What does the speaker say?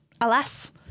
alas